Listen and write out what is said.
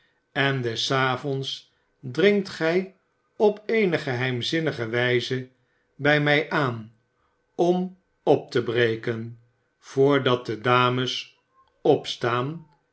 en des avonds dringt gij op eene geheimzinnige wijze bij mij aan om op te breken voordat de dames opstaan